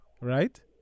Right